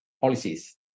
policies